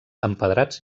empedrats